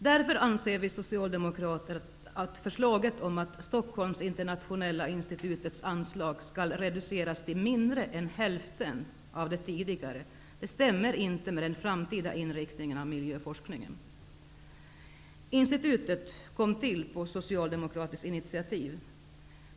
Därför anser vi socialdemokrater att förslaget att Stockholms internationella instituts anslag skall reduceras till mindre än hälften av det tidigare inte stämmer med den framtida inriktningen av miljöforskningen. Institutet kom till på socialdemokratiskt initiativ.